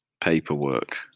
paperwork